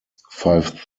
five